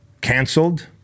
canceled